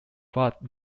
brought